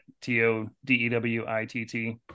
t-o-d-e-w-i-t-t